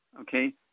Okay